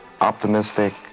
optimistic